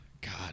God